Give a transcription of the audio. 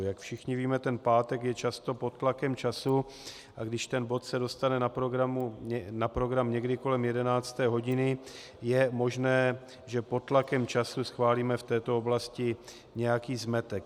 Jak všichni víme, pátek je často pod tlakem času, a když se ten bod dostane na program někdy kolem 11. hodiny, je možné, že pod tlakem času schválíme v této oblasti nějaký zmetek.